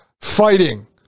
fighting